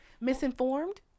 misinformed